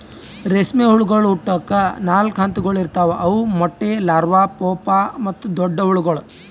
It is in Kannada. ರೇಷ್ಮೆ ಹುಳಗೊಳ್ ಹುಟ್ಟುಕ್ ನಾಲ್ಕು ಹಂತಗೊಳ್ ಇರ್ತಾವ್ ಅವು ಮೊಟ್ಟೆ, ಲಾರ್ವಾ, ಪೂಪಾ ಮತ್ತ ದೊಡ್ಡ ಹುಳಗೊಳ್